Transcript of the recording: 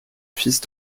fils